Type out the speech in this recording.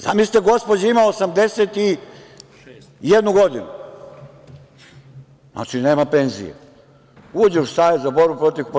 Zamislite, gospođa ima 81 godinu, znači nema penzije, uđe u Savet za borbu protiv korupcije.